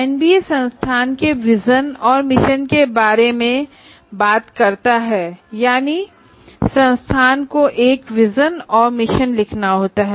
NBA संस्थान के vision और मिशन के बारे में बात करता है यानी संस्थान को एक विजन और मिशन लिखना होता है